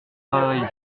pareille